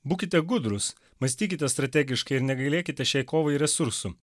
būkite gudrūs mąstykite strategiškai ir negailėkite šiai kovai resursų